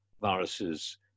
viruses